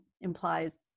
implies